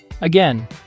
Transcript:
Again